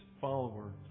follower